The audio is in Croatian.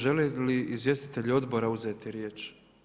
Žele li izvjestitelji odbora uzeti riječ?